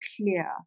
clear